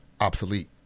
obsolete